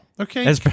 Okay